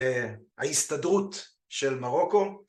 ההסתדרות של מרוקו